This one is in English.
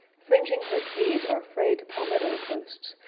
fringing her quays are frayed palmetto posts,